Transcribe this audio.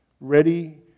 ready